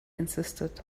insisted